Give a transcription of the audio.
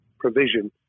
provision